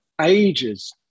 ages